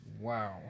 Wow